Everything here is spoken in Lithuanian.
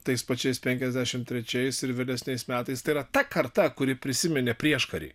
tais pačiais penkiasdešimt trečiais ir vėlesniais metais tai yra ta karta kuri prisiminė prieškarį